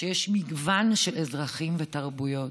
שיש מגוון של אזרחים ותרבויות.